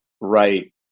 right